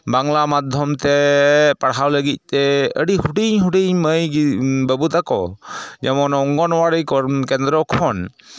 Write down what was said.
ᱵᱟᱝᱞᱟ ᱢᱟᱫᱽᱫᱚᱢ ᱛᱮ ᱯᱟᱲᱦᱟᱣ ᱞᱟᱹᱜᱤᱫ ᱛᱮ ᱟᱹᱰᱤ ᱦᱩᱰᱤᱧ ᱦᱩᱰᱤᱧ ᱢᱟᱹᱭ ᱵᱟᱹᱵᱩ ᱛᱟᱠᱚ ᱡᱮᱢᱚᱱ ᱚᱝᱜᱚᱱᱳᱣᱟᱲᱤ ᱠᱮᱫᱽᱨᱚ ᱠᱷᱚᱱ